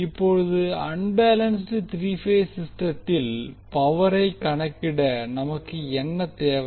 இப்போது unbalanced three phase சிஸ்டத்தில் பவரை கணக்கிட நமக்கு என்ன தேவை